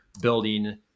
building